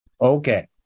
Okay